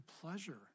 pleasure